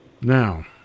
now